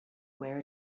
where